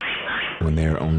ריסון וסירוס?